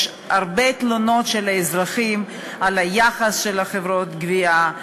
הרבה תלונות של אזרחים על היחס של חברות הגבייה,